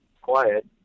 quiet